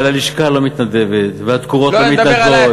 אבל הלשכה לא מתנדבת והתקורות לא מתנדבות,